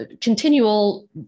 continual